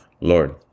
Lord